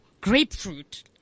grapefruit